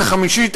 החמישי,